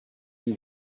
you